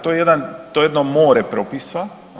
To je jedno more propisa.